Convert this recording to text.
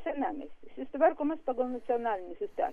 senamiestis jis tvarkomas pagal nacionalinius įstatymus